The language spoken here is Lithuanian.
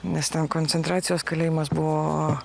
nes ten koncentracijos kalėjimas buvo